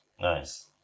Nice